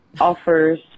offers